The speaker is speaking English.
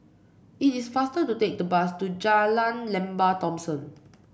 it is faster to take the bus to Jalan Lembah Thomson